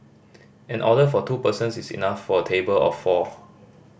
an order for two persons is enough for a table of four